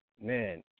man